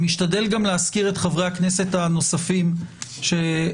אני משתדל גם להזכיר את חברי הכנסת הנוספים שמצטרפים.